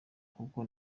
kuko